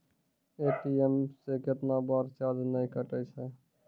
ATM से कैतना बार चार्ज नैय कटै छै?